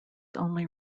only